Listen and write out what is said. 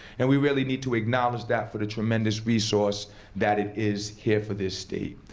and we really need to acknowledge that for the tremendous resource that it is, here for this state.